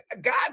God